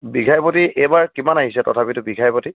বিঘাই প্ৰতি এইবাৰ কিমান আহিছে তথাপিতো বিঘাই প্ৰতি